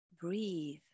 Breathe